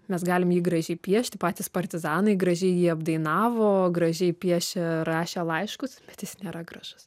mes galim jį gražiai piešti patys partizanai gražiai jį apdainavo gražiai piešė rašė laiškus bet jis nėra gražus